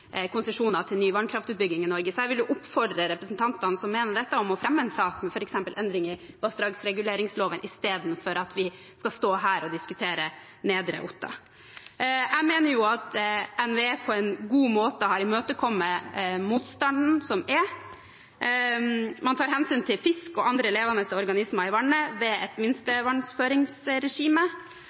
konsesjoner til ny vannkraftutbygging i Norge, så jeg vil oppfordre representantene som mener det, om å fremme en sak om f.eks. endringer i vassdragsreguleringsloven i stedet for at vi skal stå her og diskutere Nedre Otta. Jeg mener at NVE på en god måte har imøtekommet motstanden. Man tar hensyn til fisk og andre levende organismer i vannet ved et minstevannføringsregime.